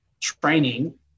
training